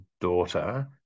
daughter